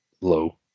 low